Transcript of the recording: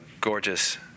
gorgeous